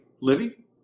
Livy